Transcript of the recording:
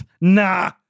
nah